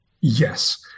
Yes